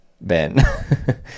Ben